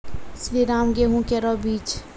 श्रीराम गेहूँ केरो बीज?